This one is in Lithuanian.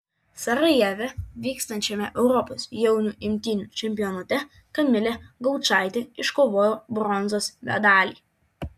sarajeve vykstančiame europos jaunių imtynių čempionate kamilė gaučaitė iškovojo bronzos medalį